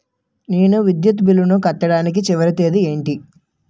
నేను విద్యుత్ బిల్లు కట్టడానికి చివరి తేదీ ఏంటి?